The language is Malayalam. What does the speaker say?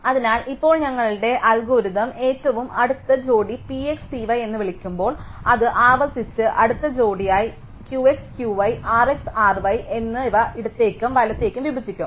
അതിനാൽ ഇപ്പോൾ ഞങ്ങളുടെ അൽഗോരിതം ഏറ്റവും അടുത്ത ജോഡി P x P y എന്ന് വിളിക്കുമ്പോൾ അത് ആവർത്തിച്ച് അടുത്ത ജോഡിയായ Q x Q y R x R y എന്നിവ ഇടത്തേയ്ക്കും വലത്തേയ്ക്കും വിഭജിക്കും